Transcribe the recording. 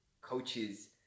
coaches